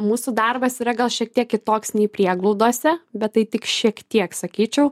mūsų darbas yra gal šiek tiek kitoks nei prieglaudose bet tai tik šiek tiek sakyčiau